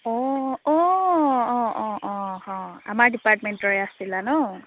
অঁ অঁ অঁ অঁ আমাৰ ডিপাৰ্টমেণ্টৰে আছিলা ন